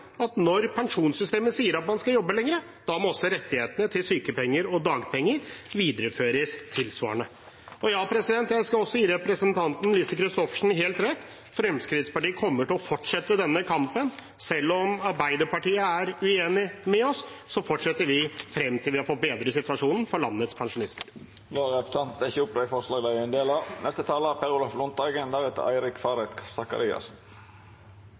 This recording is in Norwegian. når pensjonssystemet sier at man skal jobbe lenger, må også rettighetene til sykepenger og dagpenger videreføres tilsvarende. Jeg skal også gi representanten Lise Christoffersen helt rett: Fremskrittspartiet kommer til å fortsette denne kampen. Selv om Arbeiderpartiet er uenig med oss, fortsetter vi til vi har fått bedret situasjonen for landets pensjonister. Representanten Erlend Wiborg har teke opp det